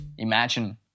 Imagine